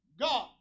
God